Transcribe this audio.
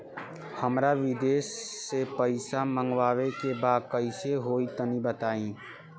हमरा विदेश से पईसा मंगावे के बा कइसे होई तनि बताई?